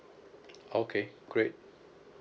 okay great